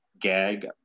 gag